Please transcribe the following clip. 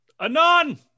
Anon